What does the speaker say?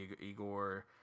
Igor